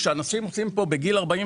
כשאנשים עושים פה בגיל 44,